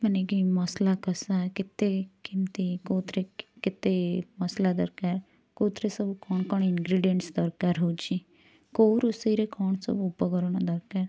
ବନେଇକି ମସଲା କସା କେତେ କେମିତି କେଉଁଥିରେ କେତେ ମସଲା ଦରକାର କେଉଁଥିରେ ସବୁ କ'ଣ କ'ଣ ଇନଗ୍ରୀଡିଏଣ୍ଟସ ଦରକାର ହଉଛି କେଉଁ ରୋଷେଇ ରେ କ'ଣ ସବୁ ଉପକରଣ ଦରକାର